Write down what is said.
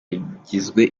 yagizwe